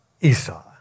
Esau